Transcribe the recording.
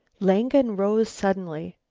langen rose suddenly,